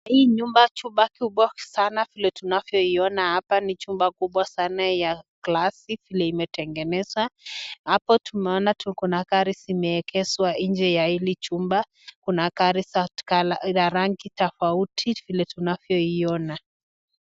Hii nyumba chumba kubwa sana vile tunavyoiona hapa ni chumba kubwa sana ya glasi vile imetengenezwa , hapo tumeona tuko na gari zimeegeshwa nje ya hili chumba, kuna gari za rangi tofauti vile tunavyoiona.